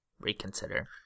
reconsider